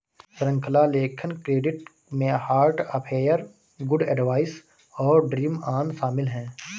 श्रृंखला लेखन क्रेडिट में हार्ट अफेयर, गुड एडवाइस और ड्रीम ऑन शामिल हैं